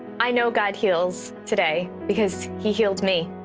i know god heals today because he healed me.